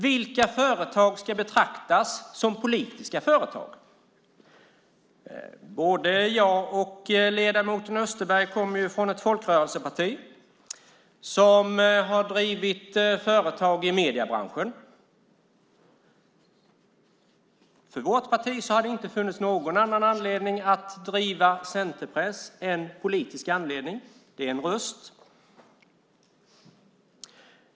Vilka företag ska betraktas som politiska företag? Både jag och ledamoten Österberg kommer från folkrörelsepartier som har drivit företag i mediebranschen. För vårt parti har det inte funnits någon annan anledning att driva Centertidningar än en politisk. Det är en röst.